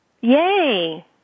Yay